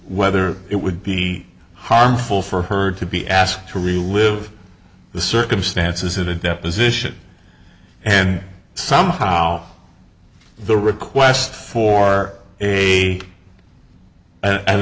whether it would be harmful for her to be asked to relive the circumstances of the deposition and somehow the request for a